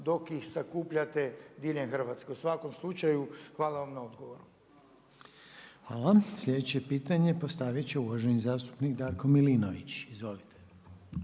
dok ih sakupljate diljem Hrvatske. U svakom slučaju hvala vam na odgovoru. **Reiner, Željko (HDZ)** Hvala. Sljedeće pitanje postavit će uvaženi zastupnik Darko Milinović. Izvolite.